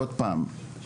עוד פעם,